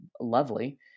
lovely